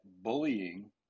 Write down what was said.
bullying